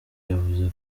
yavuze